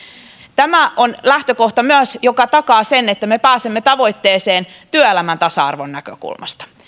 tämä on myös lähtökohta joka takaa sen että me pääsemme tavoitteeseen työelämän tasa arvon näkökulmasta